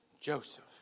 Joseph